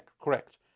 correct